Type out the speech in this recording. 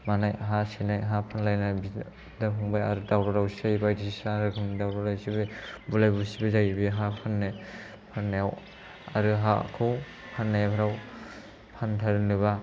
मानाय हा सेनाय हा फानलायनाय बिदा फंबाइ आरो दावराव दावसि जायो बायदिसिना रोखोमनि दावराव दावसिबो बुलाय बुसिबो जायो बे हा फाननो फाननायाव आरो हाखौ फाननायफ्राव फानथारनोबा